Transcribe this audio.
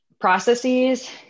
processes